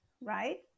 right